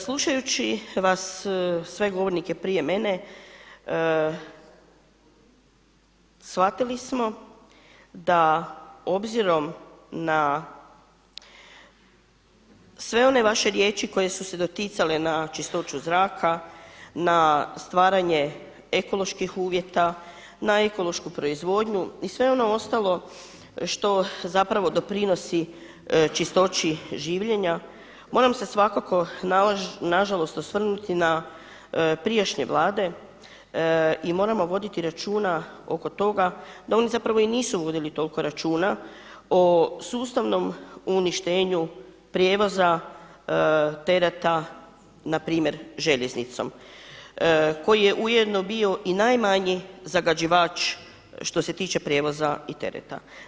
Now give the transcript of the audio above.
Slušajući vas sve govornike prije mene shvatili smo da obzirom na sve one vaše riječi koje su se doticale na čistoću zraka, na stvaranje ekoloških uvjeta, na ekološku proizvodnju i sve ono ostalo što zapravo doprinosi čistoći življenja moram se svakako na žalost osvrnuti na prijašnje Vlade i moramo voditi računa oko toga da oni zapravo i nisu vodili toliko računa o sustavnom uništenju prijevoza tereta na primjer željeznicom koji je ujedno bio i najmanji zagađivač što se tiče prijevoza i tereta.